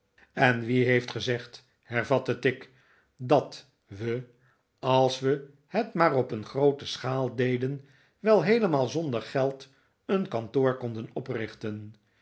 en wie heeft gezegd hervatte tigg dat we als we het maar op een groote schaal deden wel heelemaal zonder geld een kantoor konden oprichten